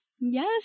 Yes